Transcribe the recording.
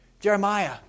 Jeremiah